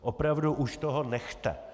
Opravdu už toho nechte!